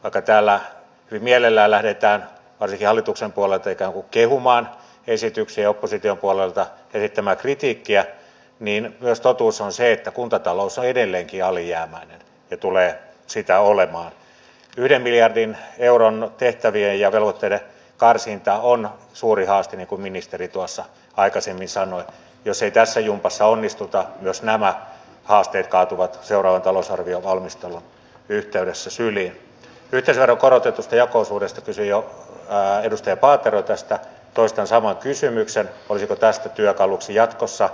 ote tällä mielellä lähdetään vesihallituksen puolelta joku killumaan esityksiä opposition puolelta ei tämä kritiikkiä niin päijäthämäläisenä kansanedustajana on ilo huomata että kuntatalous on edelleenkin alijäämäinen tulee sitä olemaan yhden miljardin euron tehtävien ja velvoitteiden karsinta on suuri haaste kun ministeri tuossa aikaisemmin sanoi jos ei tässä jumpassa onnistuta jos nämä haasteet kaatuvat seuraavan talousarvion valmistelun yhteydessä syliin kytevärokorotetusta jako osuudesta kysyi ja äänitysten paatero valtiovarainvaliokunta on vahvistanut kimolan kanavan kunnostamisen mahdollistavan rahoituksen